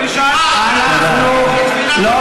אני שאלתי אותך למה למפלגה, אתם מפחדים.